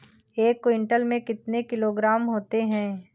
एक क्विंटल में कितने किलोग्राम होते हैं?